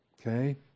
Okay